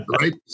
right